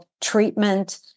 treatment